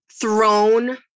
thrown